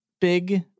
big